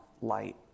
light